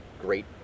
great